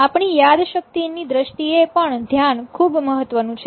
આપણી યાદશક્તિ ની દ્રષ્ટિએ પણ ધ્યાન ખૂબ મહત્વનું છે